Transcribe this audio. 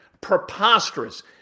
Preposterous